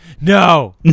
no